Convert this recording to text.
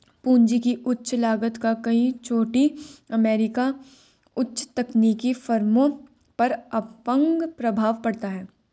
पूंजी की उच्च लागत का कई छोटी अमेरिकी उच्च तकनीकी फर्मों पर अपंग प्रभाव पड़ता है